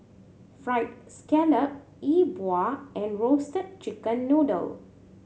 Fried Scallop Yi Bua and Roasted Chicken Noodle